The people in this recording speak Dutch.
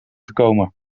gekomen